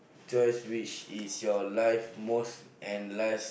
chores which is your life's most and life's